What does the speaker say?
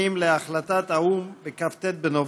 בנושא: ציון 70 שנה להחלטת האו"ם בכ"ט בנובמבר.